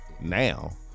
now